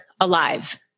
alive